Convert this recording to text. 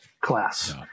class